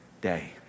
day